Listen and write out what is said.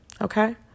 Okay